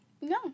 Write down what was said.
No